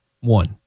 One